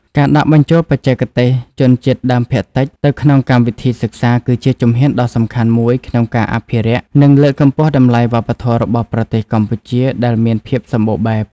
ការដាក់បញ្ចូលបច្ចេកទេសជនជាតិដើមភាគតិចទៅក្នុងកម្មវិធីសិក្សា គឺជាជំហានដ៏សំខាន់មួយក្នុងការអភិរក្ស និងលើកកម្ពស់តម្លៃវប្បធម៌របស់ប្រទេសកម្ពុជាដែលមានភាពសម្បូរបែប។